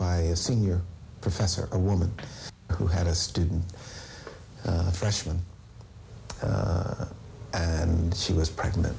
by a senior professor a woman who had a student freshman and she was pregnant